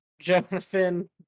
Jonathan